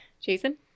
Jason